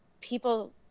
people